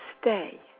stay